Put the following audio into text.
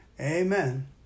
Amen